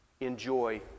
enjoy